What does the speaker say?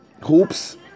hoops